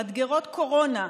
מדגרות קורונה,